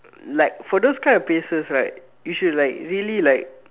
like for those kind of places right you should like really like